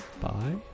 bye